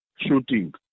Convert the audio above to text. shooting